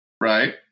Right